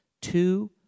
Two